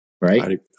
right